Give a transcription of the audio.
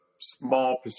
small